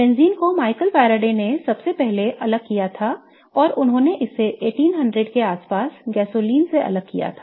benzene को Michael Faraday ने सबसे पहले अलग किया था और उन्होंने इसे 1800 के आसपास गैसोलीन से अलग किया था